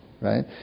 right